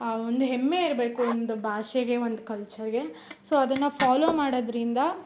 ಒಂದು ಹೆಮ್ಮೆ ಇರಬೇಕು ಒಂದು ಭಾಷೆಗೆ ಒಂದು ಕಲ್ಚರ್ಗೆ ಸೊ ಅದನ್ನ ಫಾಲೋ ಮಾಡೋದ್ರಿಂದ